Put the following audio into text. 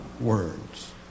words